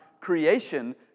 creation